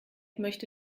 möchte